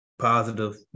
positive